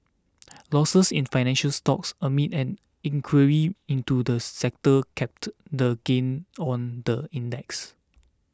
losses in financial stocks amid an inquiry into the sector capped the gains on the index